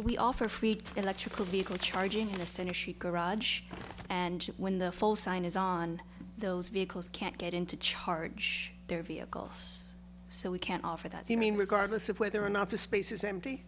we offer free electrical vehicle charging an astonishing garage and when the full sign is on those vehicles can't get into charge their vehicles so we can't offer that you mean regardless of whether or not the space is empty